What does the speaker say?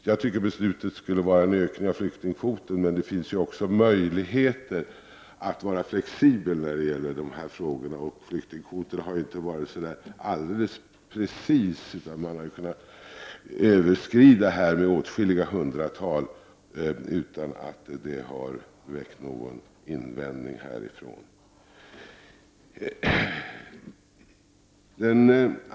Jag tycker att beslutet borde vara en ökning av flyktingkvoten, men det finns ju också möjligheter att vara flexibel i de här frågorna, och flyktingkvoten har inte varit så där alldeles precis, utan man har kunnat överskrida den med åtskilliga hundratal utan att det väckt någon invändning härifrån.